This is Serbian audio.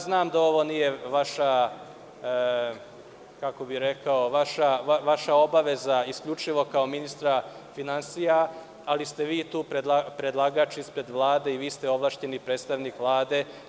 Znam da ovo nije vaša obaveza isključivo kao ministra finansija, ali ste vi tu predlagač ispred Vlade i vi ste ovlašćeni predstavnik Vlade.